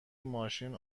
ماشین